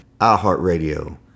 iHeartRadio